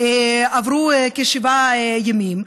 עברו כשבעה ימים.